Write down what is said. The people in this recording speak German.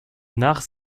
nach